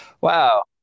wow